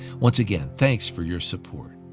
once again, thanks for your support.